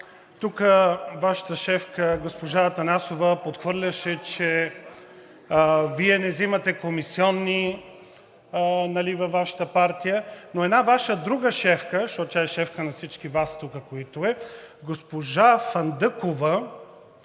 Тук Вашата шефка – госпожа Атанасова, подхвърляше, че Вие не взимате комисиони във Вашата партия, но една Ваша друга шефка, защото тя е шефка на всички Вас тук, които сте, госпожа Фандъкова,